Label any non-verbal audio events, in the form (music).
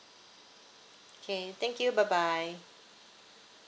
(noise) okay thank you bye bye